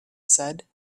said